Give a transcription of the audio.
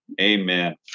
Amen